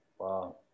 Wow